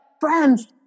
friends